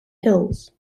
hills